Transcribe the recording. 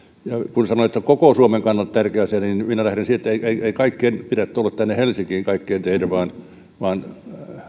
kun sanoin että koko suomen kannalta tärkeä asia niin minä lähden siitä että ei kaikkien teiden pidä tulla tänne helsinkiin vaan